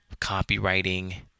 copywriting